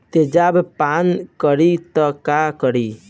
तेजाब पान करी त का करी?